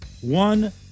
One